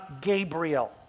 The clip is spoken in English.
Gabriel